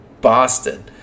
Boston